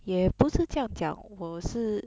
也不是这样讲我是